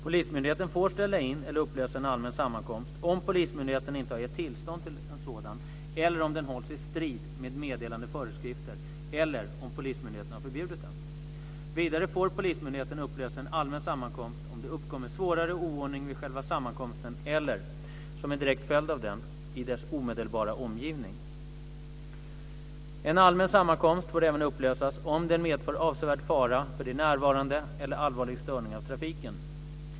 Polismyndigheten får ställa in eller upplösa en allmän sammankomst om polismyndigheten inte har gett tillstånd till en sådan eller om den hålls i strid med meddelade föreskrifter eller om polismyndigheten har förbjudit den. Vidare får polismyndigheten upplösa en allmän sammankomst om det uppkommer svårare oordning vid själva sammankomsten eller, som en direkt följd av den, i dess omedelbara omgivning. En allmän sammankomst får även upplösas om den medför avsevärd fara för de närvarande eller allvarlig störning av trafiken.